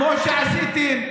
כמו שעשיתם,